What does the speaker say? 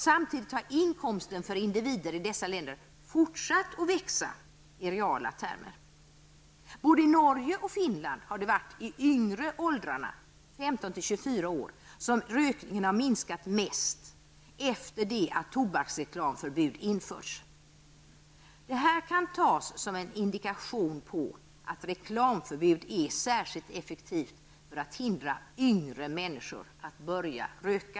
Samtidigt har inkomsten för individer i dessa länder fortsatt att växa i reala termer. Både i Norge och i Finland har det varit i de lägre åldrarna, 15--24 år, som rökningen har minskat mest efter det att tobaksreklamförbud införts. Detta kan tas som en indikation på att reklamförbud är särskilt effektivt för att hindra yngre människor att börja röka.